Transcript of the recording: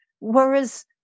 whereas